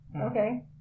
Okay